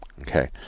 Okay